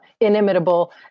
inimitable